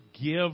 give